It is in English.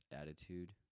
attitude